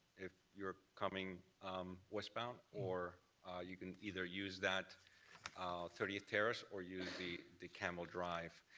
if you're coming westbound, or you can either use that ah thirtieth terrace or use the the campbell drive.